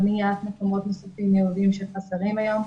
בניית מקומות נוספים ייעודיים שחסרים היום,